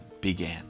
began